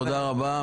תודה רבה.